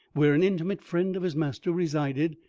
where an intimate friend of his master resided,